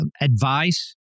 advice